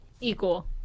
equal